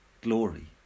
glory